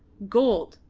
gold,